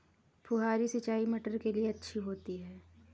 फुहारी सिंचाई मटर के लिए अच्छी होती है?